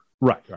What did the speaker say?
Right